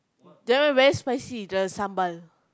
that one very spicy the sambal